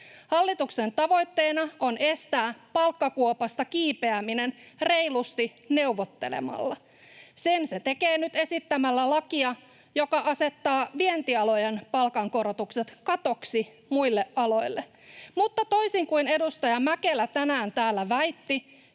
Hallituksen tavoitteena on estää palkkakuopasta kiipeäminen reilusti neuvottelemalla. Sen se tekee nyt esittämällä lakia, joka asettaa vientialojen palkankorotukset katoksi muille aloille. Mutta toisin kuin edustaja Mäkelä tänään täällä väitti,